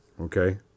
Okay